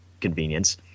convenience